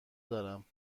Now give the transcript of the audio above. دارم